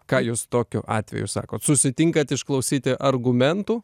ką jūs tokiu atveju sakot susitinkat išklausyti argumentų